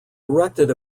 erected